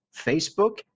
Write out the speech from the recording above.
Facebook